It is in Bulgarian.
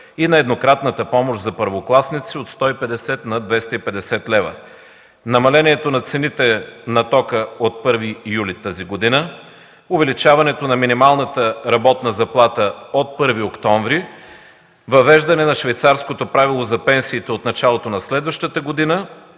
и на еднократната помощ за първокласници от 150 на 250 лв., намалението на цените на тока от 1 юли тази година, увеличаването на минималната работна заплата от 1 октомври тази година, въвеждане на швейцарското правило за пенсиите от началото на следващата година,